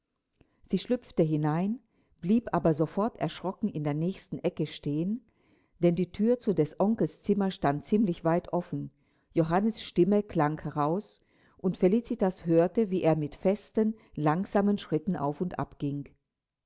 sie schlüpfte hinein blieb aber sofort erschrocken in der nächsten ecke stehen denn die thür zu des onkels zimmer stand ziemlich weit offen johannes stimme klang heraus und felicitas hörte wie er mit festen langsamen schritten auf und